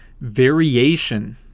variation